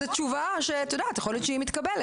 אז זאת תשובה שיכול להיות שהיא מתקבלת,